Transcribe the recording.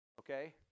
Okay